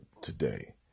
today